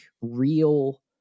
real